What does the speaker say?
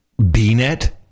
BNET